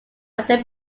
after